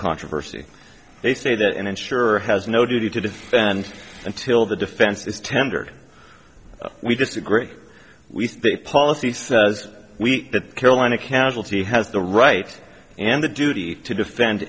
controversy they say that and insure has no duty to defend until the defense is tendered we disagree we think policy says we that carolina casualty has the right and the duty to defend